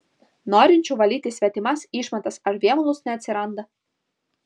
norinčių valyti svetimas išmatas ar vėmalus neatsiranda